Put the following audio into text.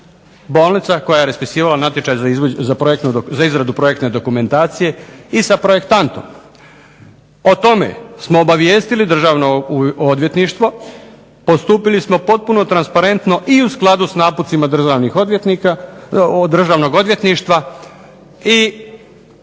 bolnica koja je raspisivala za natječaj za izradu projektne dokumentacije i sa projektantom. O tome smo obavijestili Državno odvjetništvo, postupili smo potpuno transparentno i u skladu s napucima Državnog odvjetništva i